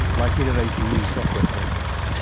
like innovating new software programs.